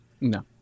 No